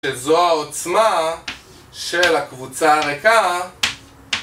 שזו העוצמה של הקבוצה הריקה